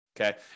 Okay